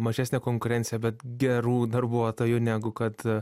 mažesnė konkurencija bet gerų darbuotojų negu kad